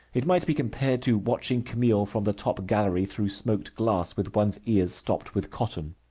it might be compared to watching camille from the top gallery through smoked glass, with one's ears stopped with cotton.